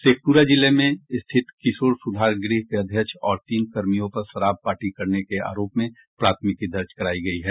शेखपुरा जिले में स्थित किशोर सुधार गृह के अध्यक्ष और तीन कर्मियों पर शराब पार्टी करने के आरोप में प्राथमिकी दर्ज करायी गयी है